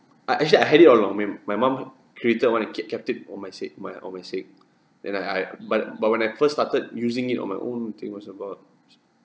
I actually I had it on on when my mum created one and keep kept it for my sake my on my sake then I I but but when I first started using it on my own think was about